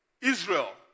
Israel